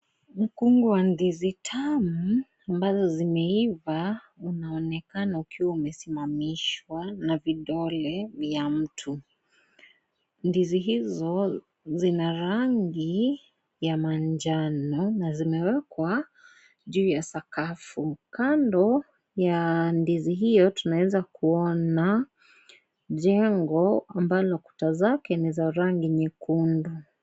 Mkungu wa ndizi tamu ambazo zimeiva unaonekana ukiwa umesimamishwa na vidole vya mtu. Ndizi hizo zinarangi ya manjano na zimewekwa juu ya sakafu . Kando ya ndizi hiyo tunaweza kuona jengo ambalo kuta zake ni za rangi nyekundu.